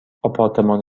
آپارتمان